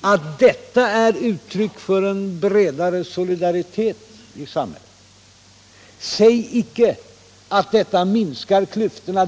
att detta är uttryck för en bredare solidaritet i samhället! Säg icke att detta minskar klyftorna!